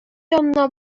янына